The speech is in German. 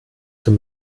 zum